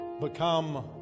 become